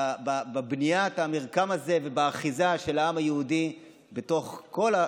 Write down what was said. בבניית המרקם הזה ובאחיזה של העם היהודי בתוך כל,